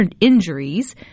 injuries